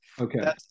Okay